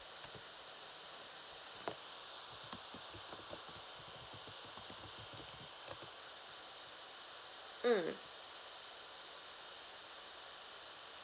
mm